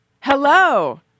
Hello